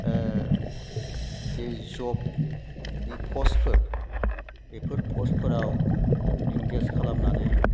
जे जबनि पस्टफोर बेफोर पस्टफोराव इंगेज खालामनानै